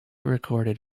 recorded